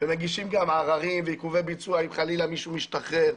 ומגישים גם עררים ועיכובי ביצוע עם חלילה מישהו משתחרר.